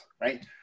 Right